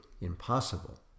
impossible